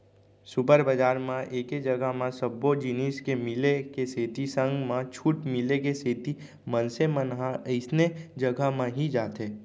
super बजार म एके जघा म सब्बो जिनिस के मिले के सेती संग म छूट मिले के सेती मनसे मन ह अइसने जघा म ही जाथे